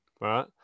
right